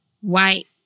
white